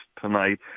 tonight